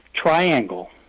Triangle